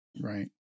right